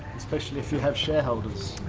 especially if you have shareholders.